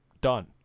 done